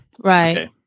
right